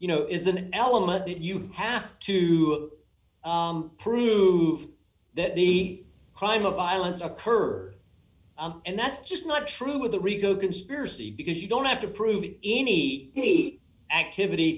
you know is an element that you have to prove that the crime of violence occurred and that's just not true with the rico conspiracy because you don't have to prove any activity